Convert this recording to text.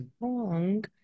wrong